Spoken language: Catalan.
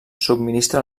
subministra